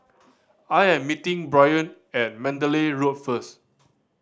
I am meeting Bryon at Mandalay Road first